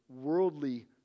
worldly